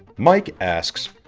mike asks,